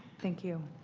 thank you.